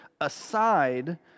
aside